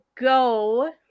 go